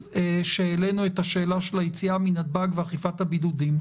שהעלינו את השאלה של היציאה מנתב"ג ואכיפת הבידודים.